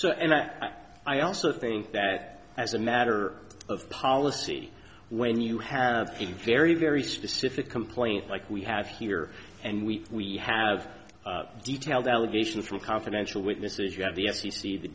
fact i also think that as a matter of policy when you have a very very specific complaint like we have here and we we have detailed allegations from confidential witnesses you have the f c c the